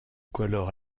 colore